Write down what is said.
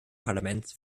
parlaments